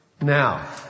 Now